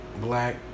black